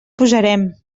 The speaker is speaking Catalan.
posarem